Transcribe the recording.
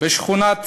בשכונת